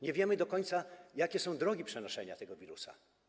Nie wiemy do końca, jakie są drogi przenoszenia tego wirusa.